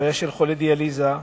הבעיה של חולי דיאליזה,